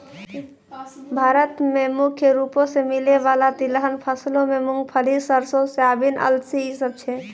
भारत मे मुख्य रूपो से मिलै बाला तिलहन फसलो मे मूंगफली, सरसो, सोयाबीन, अलसी इ सभ छै